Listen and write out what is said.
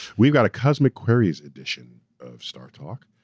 we've got a cosmic queries edition of startalk.